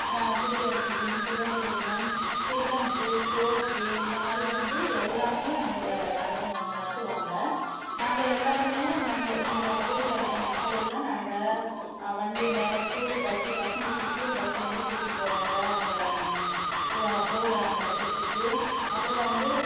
குடியரசு தினம் சுதந்திர தினம் சில்ட்ரன்ஸ் டே ஸ்போர்ட்ஸ் டே இந்த மாதிரி வந்து எல்லாமே அங்கே நடத்து நடத்துவாங்க நாங்கள் எல்லாேருமே நாங்கள் எங்கள் பகுதியில் இருக்கற மக்கள் எல்லாம் நாங்கள் வண்டியில் ஸ்கூல் பஸ்ஸு பசங்களுக்கு ஸ்கூல் பஸ்லருந்து கூட்டிகிட்டு போவாங்க அங்கே ப்ரோக்ராம் நடத்துகிறத்துக்கு அப்புறம் வந்து